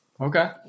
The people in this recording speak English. Okay